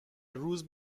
روز